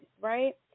right